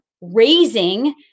raising